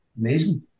Amazing